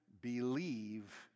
believe